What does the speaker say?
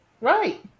right